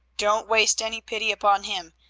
don't waste any pity upon him.